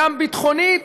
גם ביטחונית,